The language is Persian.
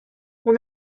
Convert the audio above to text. اون